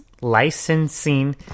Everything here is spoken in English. licensing